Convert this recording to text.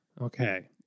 Okay